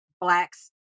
blacks